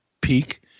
peak